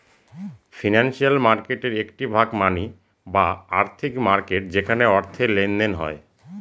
financial মার্কেটের একটি ভাগ মানি বা আর্থিক মার্কেট যেখানে অর্থের লেনদেন হয়